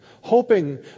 hoping